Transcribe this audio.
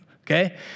Okay